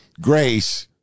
Grace